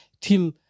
till